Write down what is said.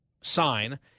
sign